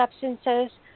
substances